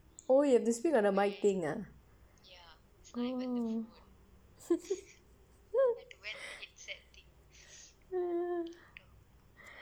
oh you have to speak on the mic thing ah